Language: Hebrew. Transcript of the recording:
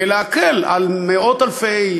ולהקל על מאות אלפי,